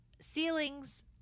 ceilings